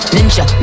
Ninja